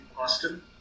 Austin